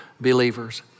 believers